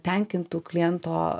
tenkintų kliento